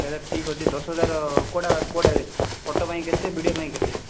ସେଇଟା ଠିକ୍ ଅଛି ଦଶ ହଜାର କେଉଁଟା କେଉଁଟାରେ ଫଟୋ ପାଇଁ କେତେ ଭିଡ଼ିଓ ପାଇଁ କେତେ